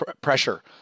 pressure